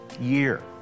year